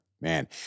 man